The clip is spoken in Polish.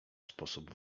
sposób